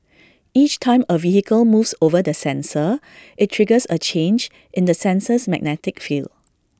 each time A vehicle moves over the sensor IT triggers A change in the sensor's magnetic field